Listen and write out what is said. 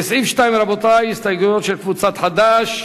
לסעיף 2, רבותי, הסתייגויות של קבוצת חד"ש.